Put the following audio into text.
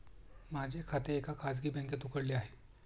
माझे खाते एका खाजगी बँकेत उघडले आहे